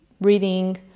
breathing